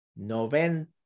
Noventa